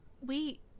We-